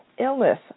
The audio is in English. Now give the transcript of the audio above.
Illness